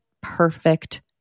perfect